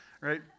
right